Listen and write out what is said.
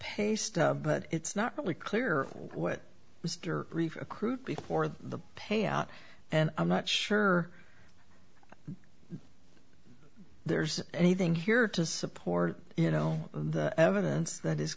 stub but it's not really clear what mr accrued before the payout and i'm not sure there's anything here to support you know evidence that his